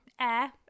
Air